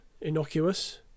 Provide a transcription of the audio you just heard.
innocuous